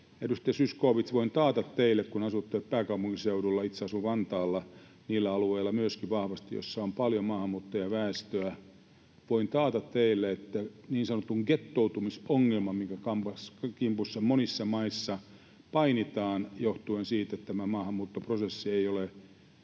Edustaja Zyskowicz, kun asutte pääkaupunkiseudulla — itse asun Vantaalla, niillä alueilla, missä myöskin on paljon maahanmuuttajaväestöä — niin voin taata teille, että niin sanotun gettoutumisongelman kimpussa painitaan monissa maissa johtuen siitä, että maahanmuuttoprosessi ei ole